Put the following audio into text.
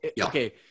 okay